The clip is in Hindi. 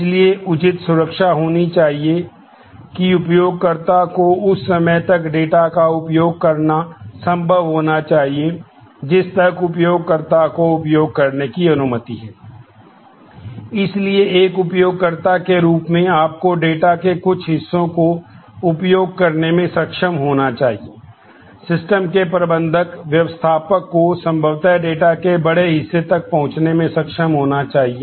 इसलिए उचित सुरक्षा होनी चाहिए कि उपयोगकर्ता को उस सीमा तक डेटा के बड़े हिस्से तक पहुंचने में सक्षम होना चाहिए